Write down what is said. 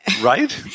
right